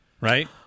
Right